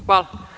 Hvala.